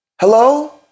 Hello